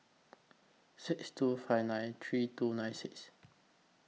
six two five nine three two nine six